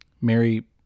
Mary